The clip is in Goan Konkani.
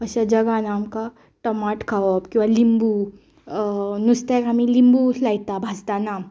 अशे जगान आमकां टमाट खावप किंवा लिंबू नुस्त्याक आमी लिंबू लायता भाजताना